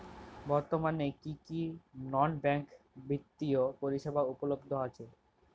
বর্তমানে কী কী নন ব্যাঙ্ক বিত্তীয় পরিষেবা উপলব্ধ আছে?